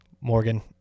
morgan